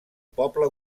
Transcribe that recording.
poble